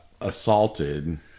assaulted